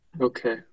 Okay